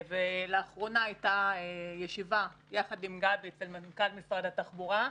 לאחרונה הייתה ישיבה יחד עם גבי אצל מנכ"ל משרד התחבורה,